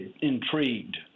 intrigued